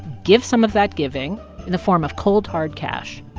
give some of that giving in the form of cold hard cash.